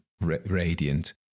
radiant